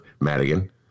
Madigan